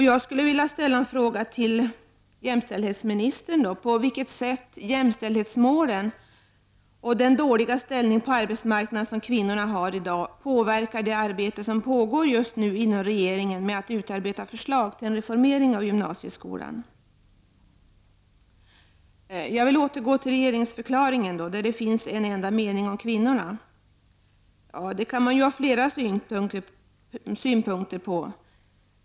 Jag skulle vilja ställa en fråga till jämställdhetsministern, nämligen på vilket sätt jämställdhetsmålen, och den dåliga ställningen på arbetsmarknaden som kvinnorna i dag har, påverkar det arbete som just nu pågår inom regeringen med att utarbeta förslag till en reformering av gymnasieskolan. Jag vill återgå till regeringsförklaringen, där det finns en enda mening där kvinnorna omnämns. Det kan man ju ha flera synpunkter på.